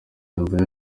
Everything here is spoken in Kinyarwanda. imvune